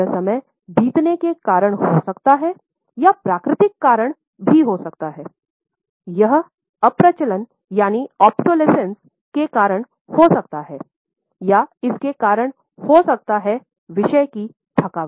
यह समय बीतने के कारण हो सकता है यह प्राकृतिक कारण हो सकता है यह अप्रचलन के कारण हो सकता है या इसके कारण हो सकता है विषय की थकावट